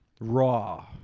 raw